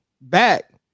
back